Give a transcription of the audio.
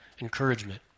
encouragement